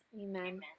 Amen